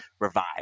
revive